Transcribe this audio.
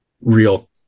real